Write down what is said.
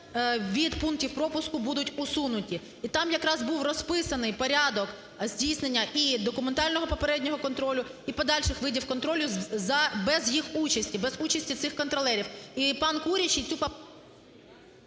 від пунктів пропуску будуть усунуті. І там якраз був розписаний порядок здійснення і документального попереднього контролю і подальших видів контролю за… без їх участі, без участі цих контролерів. І пан Курячий цю…